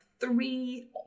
three